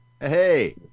hey